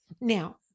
Now